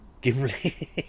Gimli